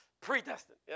Predestined